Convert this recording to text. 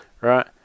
right